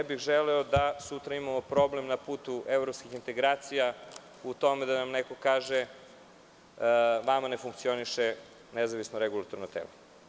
Ne bih želeo da sutra imamo problem na putu evropskih integracija u tome da nam neko kaže da nam ne funkcioniše nezavisno regulatorno telo.